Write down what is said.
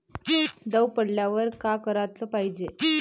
दव पडल्यावर का कराच पायजे?